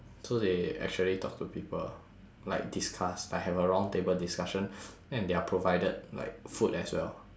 so they actually talk to people like discuss like have a round table discussion and they're provided like food as well